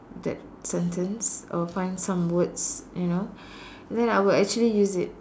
that sentence or find some words you know then I will actually use it